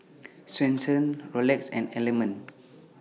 Swensens Rolex and Element